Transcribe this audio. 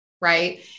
Right